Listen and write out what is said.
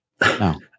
No